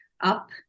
up